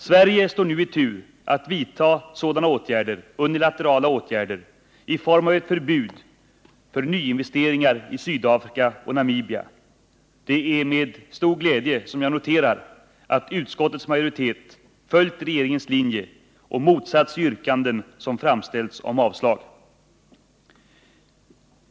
Sverige står nu i tur att vidta sådana unilaterala åtgärder i form av ett förbud mot nyinvesteringar i Sydafrika och i Namibia. Det är med stor glädje som jag noterar att utskottets majoritet följt regeringens linje och motsatt sig yrkanden som framställts om avslag.